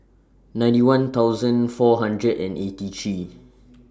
ninety one thousand four hundred and eighty three